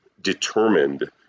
determined